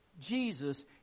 Jesus